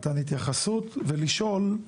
מתן התייחסות ולשאול,